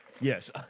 Yes